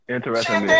Interesting